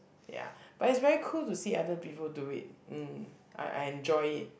ya but it's very cool to see other people do it hmm I enjoy it